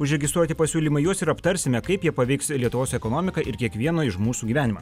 užregistruoti pasiūlymai juos ir aptarsime kaip jie paveiks lietuvos ekonomiką ir kiekvieno iš mūsų gyvenimą